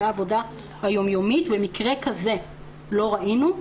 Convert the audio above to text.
זאת העבודה היומיומית אבל מקרה כזה לא ראינו.